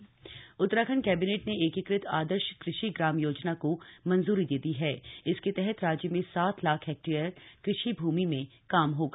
cabinet बठक Uttarakhand cabinet ने एकीकृत आदर्श कृषि ग्राम योजना को मंज़ूरी दे दी हण इसके तहत राज्य में सात लाख हेक्टेयर कृषि भूमि काम होगा